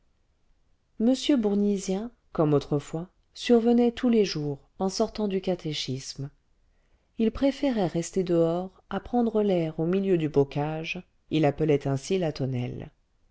m bournisien comme autrefois survenait tous les jours en sortant du catéchisme il préférait rester dehors à prendre l'air au milieu du bocage il appelait ainsi la tonnelle